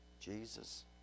Jesus